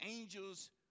angels